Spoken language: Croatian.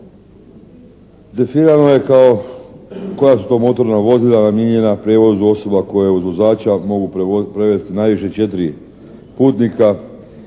Definirano je kao koja su to motorna vozila namijenjena prijevozu osoba koje uz vozača mogu prevesti najviše četiri putnika,